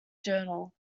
journal